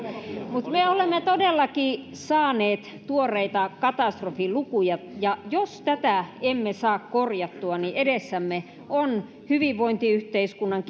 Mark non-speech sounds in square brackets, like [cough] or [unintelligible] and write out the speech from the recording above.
mutta me olemme todellakin saaneet tuoreita katastrofilukuja ja jos tätä emme saa korjattua niin edessämme on hyvinvointiyhteiskunnan [unintelligible]